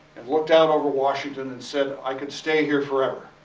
and looked out over washington and said, i could stay here forever.